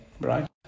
right